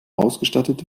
ausgestattet